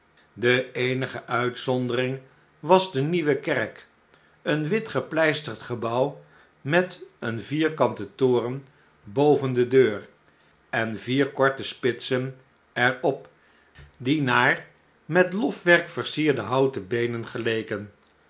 de eenige uitzondering was de nieuwe kerk een wit gepleisterd gebouw met een vierkanten toren boven de deur en vier korte spitsen er op die naar met lofwerk versierde houten beenen geleken